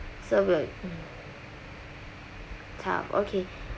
so will top okay